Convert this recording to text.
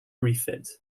refit